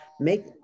make